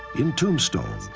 in tombstone,